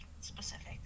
specific